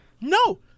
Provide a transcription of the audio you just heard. No